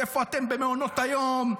איפה אתם במעונות היום?